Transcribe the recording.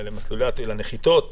לחלונות נחיתה,